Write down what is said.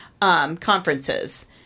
conferences